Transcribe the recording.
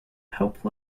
help